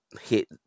hit